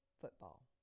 football